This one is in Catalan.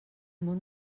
món